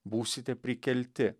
būsite prikelti